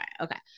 Okay